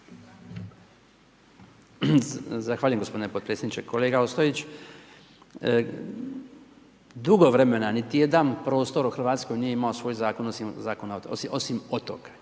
Zahvaljujem gospodine potpredsjedniče. Kolega Ostojić, dugo vremena niti jedan prostor u Hrvatskoj, nije imao svoj zakon, osim otoka,